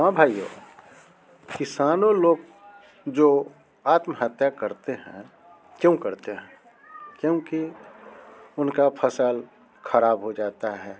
हाँ भाइयों किसानों लोग जो आत्महत्या करते हैं क्यों करते हैं क्योंकि उनका फसल खराब होता जाता है